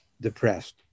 depressed